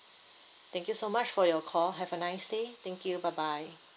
thank you so much for your call have a nice day thank you bye bye